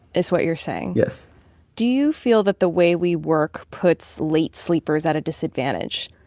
is what you're saying yes do you feel that the way we work puts late sleepers at a disadvantage?